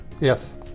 Yes